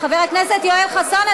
חבר הכנסת יואל חסון,